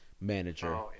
manager